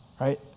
right